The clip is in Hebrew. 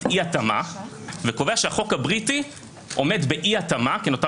אי התאמה וקובע שהחוק הבריטי עומד באי התאמה אותה